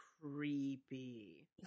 creepy